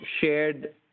shared